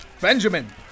Benjamin